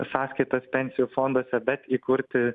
sąskaitas pensijų fonduose bet įkurti